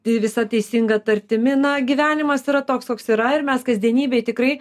visa teisinga tartimi na gyvenimas yra toks koks yra ir mes kasdienybėj tikrai